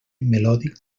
melòdic